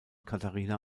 katharina